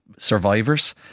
Survivors